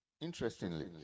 Interestingly